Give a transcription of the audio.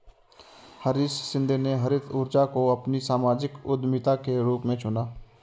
हरीश शिंदे ने हरित ऊर्जा को अपनी सामाजिक उद्यमिता के रूप में चुना है